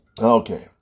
Okay